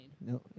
No